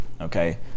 okay